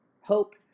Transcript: hope